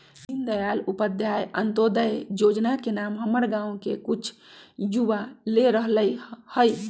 दीनदयाल उपाध्याय अंत्योदय जोजना के नाम हमर गांव के कुछ जुवा ले रहल हइ